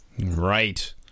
right